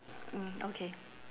mm okay